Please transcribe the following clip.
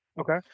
Okay